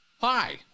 hi